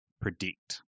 predict